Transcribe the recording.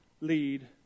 lead